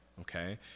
okay